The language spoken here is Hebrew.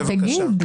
תגיד.